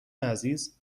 عزیز